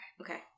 Okay